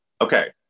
okay